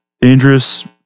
dangerous